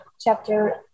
chapter